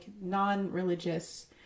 non-religious